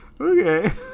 okay